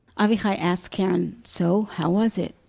avichai asked keren, so, how was it?